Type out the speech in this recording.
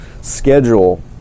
schedule